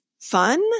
fun